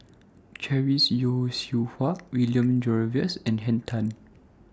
Chris Yeo Siew Hua William Jervois and Henn Tan